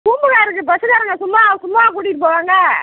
பூம்புகாருக்கு பஸ்ஸுக்காரங்க சும்மாவா சும்மாவா கூட்டிகிட்டு போவாங்க